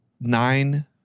nine